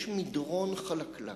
יש מדרון חלקלק,